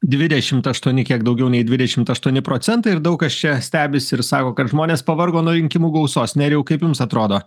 dvidešimt aštuoni kiek daugiau nei dvidešimt aštuoni procentai ir daug kas čia stebisi ir sako kad žmonės pavargo nuo rinkimų gausos nerijau kaip jums atrodo